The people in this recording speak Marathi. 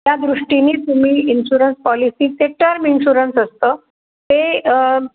त्या दृष्टीने तुम्ही इन्शुरन्स पॉलिसी ते टर्म इन्शुरन्स असतं ते